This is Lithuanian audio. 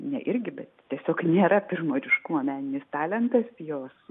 ne irgi tiesiog nėra pirmo ryškumo meninis talentas jos